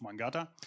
Mangata